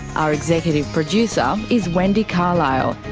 our executive producer is wendy carlisle,